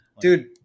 Dude